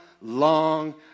long